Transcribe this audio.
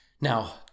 Now